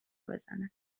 بزند